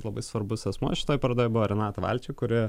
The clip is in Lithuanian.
labai svarbus asmuo šitoj parodoj buvo renata valčik kuri